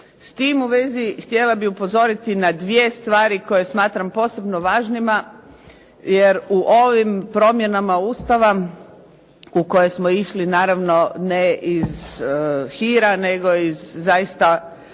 S tim u vezi htjela bih upozoriti na dvije stvari koje smatram posebno važnima, jer u ovim promjenama Ustava u koje smo išli naravno ne iz hira, nego iz zaista